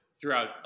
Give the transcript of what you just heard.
throughout